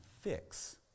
fix